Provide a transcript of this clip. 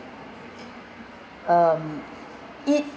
um it